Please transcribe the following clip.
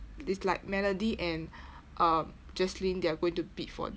it's like melody and jeslyn um they are going to bid for